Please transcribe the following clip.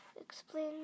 explain